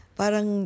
parang